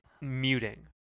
muting